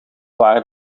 waar